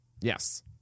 Yes